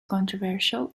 controversial